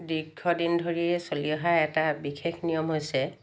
দীৰ্ঘদিন ধৰি চলি অহা এটা বিশেষ নিয়ম হৈছে